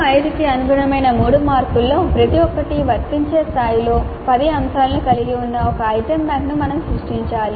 CO5 కి అనుగుణమైన 3 మార్కులలో ప్రతి ఒక్కటి వర్తించే స్థాయిలో 10 అంశాలను కలిగి ఉన్న ఒక ఐటెమ్ బ్యాంక్ను మనం సృష్టించాలి